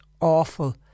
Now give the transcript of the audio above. awful